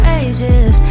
ages